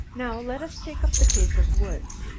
now let us take up the case of woods.